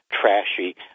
trashy